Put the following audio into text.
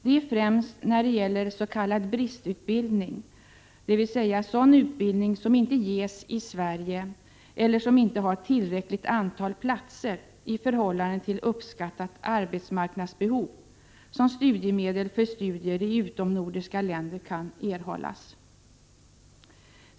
Det är främst när det gäller s.k. bristutbildning, dvs. sådan utbildning som inte ges i Sverige eller som inte har tillräckligt antal platser i förhållande till uppskattat arbetsmarknadsbehov, som studiemedel för studier i utomnordiska länder kan erhållas.